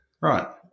Right